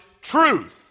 truth